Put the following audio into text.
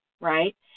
right